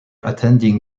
attending